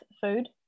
food